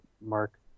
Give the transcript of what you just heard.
Mark